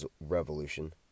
Revolution